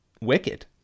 wicked